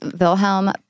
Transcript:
Wilhelm